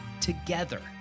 Together